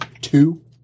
two